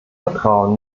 vertrauen